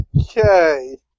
Okay